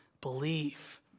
believe